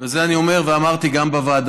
ואת זה אני אומר ואמרתי גם בוועדה,